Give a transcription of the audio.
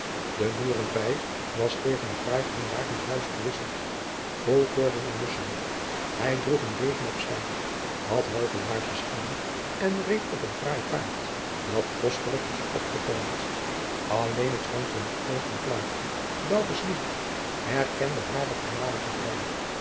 de boerenpij was tegen een fraai groen lakensch buis verwisseld vol koorden en lussen hij droeg een degen op zijde had halve laarsjens aan en reed op een fraai paard dat kostelijk was opgetoomd alleen het vonkelend oog van klaartje boukes nicht herkende haren voormaligen vrijer